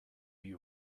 you